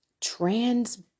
trans